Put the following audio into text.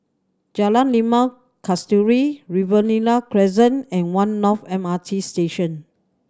Jalan Limau Kasturi Riverina Crescent and One North M R T Station